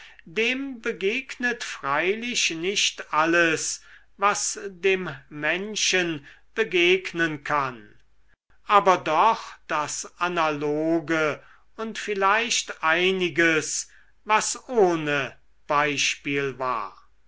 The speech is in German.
dem begegnet freilich nicht alles was dem menschen begegnen kann aber doch das analoge und vielleicht einiges was ohne beispiel war